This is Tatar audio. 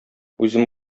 үзем